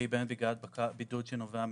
שהיא באמת בגלל בידוד שנובע מאומיקרון.